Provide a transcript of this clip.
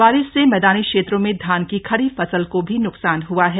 बारिश से मैदानी क्षेत्रों में धान की खड़ी फसल को भी नुकसान हुआ है